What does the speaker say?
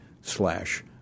slash